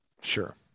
sure